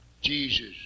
Jesus